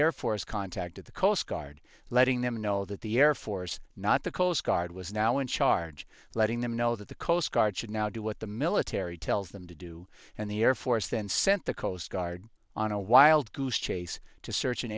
air force contacted the coast guard letting them know that the air force not the coast guard was now in charge letting them know that the coast guard should now do what the military tells them to do and the air force then sent the coast guard on a wild goose chase to search an